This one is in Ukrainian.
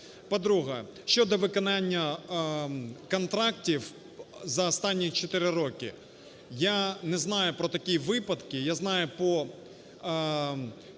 По-друге, щодо виконання контрактів за останніх чотири роки. Я не знаю про такі випадки, я знаю по